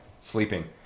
sleeping